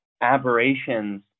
aberrations